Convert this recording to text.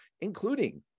including